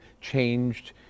changed